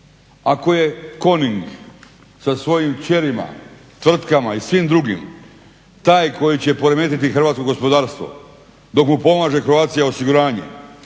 Ako je KONIG sa svojim kćerima, tvrtkama i svim drugim taj koji će poremetiti hrvatsko gospodarstvo, dok mu pomaže Croatia osiguranje